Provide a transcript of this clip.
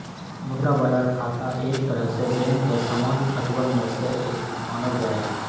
मुद्रा बाजार खाता एक तरह से बैंक के सामान्य खतवन में से एक मानल जाहई